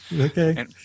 Okay